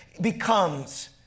becomes